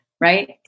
right